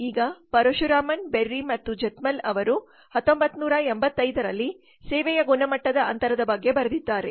ಈಗ ಪರಶುರಾಮನ್ ಬೆರ್ರಿ ಮತ್ತು Zeithaml ಅವರು 1985 ರಲ್ಲಿ ಸೇವೆಯ ಗುಣಮಟ್ಟದ ಅಂತರದ ಬಗ್ಗೆ ಬರೆದಿದ್ದಾರೆ